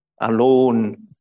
alone